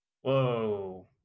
Whoa